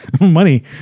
money